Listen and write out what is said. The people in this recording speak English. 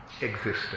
existence